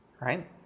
right